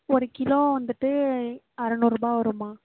ஒரு கிலோ வந்துவிட்டு அறநூறுபா வரும்மா